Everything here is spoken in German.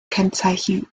kennzeichen